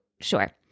sure